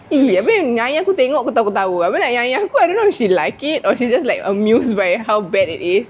abeh nyai aku tengok ketawa-ketawa abeh nyai aku I don't know if she like it or she just like amused by how bad it is